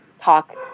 talk